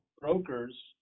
brokers